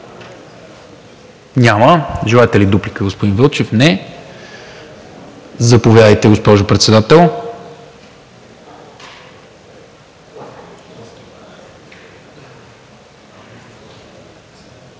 Няма. Желаете ли дуплика, господин Вълчев? Не. Заповядайте, госпожо Председател.